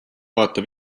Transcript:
vaata